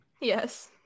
Yes